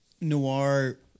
Noir